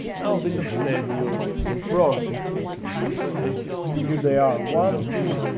now a bit of sad news frogs actually take you here. they are one two